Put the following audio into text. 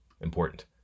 Important